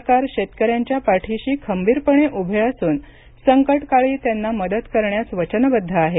सरकार शेतकऱ्यांच्या पाठीशी खंबीरपणे उभे असून संकटकाळी त्यांना मदत करण्यास वचनबद्ध आहे